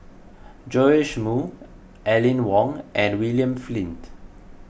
Joash Moo Aline Wong and William Flint